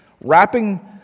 wrapping